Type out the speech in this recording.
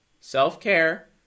Self-care